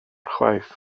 chwaith